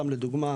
סתם לדוגמא,